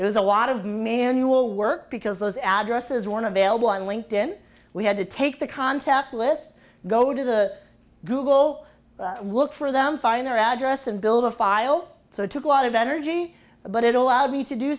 it was a lot of manual work because those addresses one available on linked in we had to take the contact list go to the google look for them find their address and build a file so it took a lot of energy but it allowed me to do